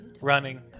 running